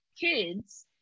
kids